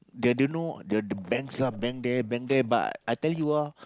they didn't know the the bands lah band there band there but I tell you ah